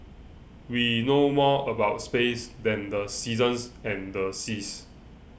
we know more about space than the seasons and the seas